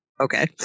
Okay